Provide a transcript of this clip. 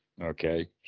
Okay